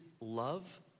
love